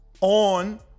on